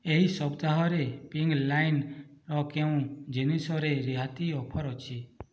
ଏହି ସପ୍ତାହରେ ପିଙ୍କ୍ ଲାଇନ୍ର କେଉଁ ଜିନିଷରେ ରିହାତି ଅଫର୍ ଅଛି